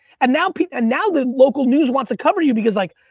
and now now the local news wants to cover you because like,